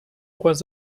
was